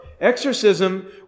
Exorcism